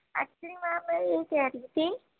ہاں جی میم میں یہ کہہ رہی تھی